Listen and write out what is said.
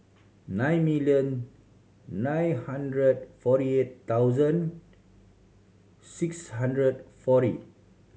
nine million nine hundred forty eight thousand six hundred forty